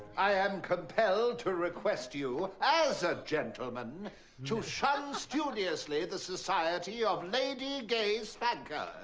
i am compelled to request you, as a gentleman to shun studiously the society of lady gay spanker.